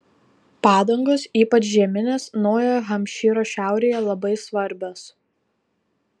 padangos ypač žieminės naujojo hampšyro šiaurėje labai svarbios